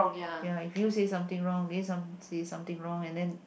ya if you say something wrong they some say something wrong and then